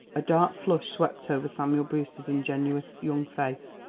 a dark flush swept over samuel brewster's ingenuous young face.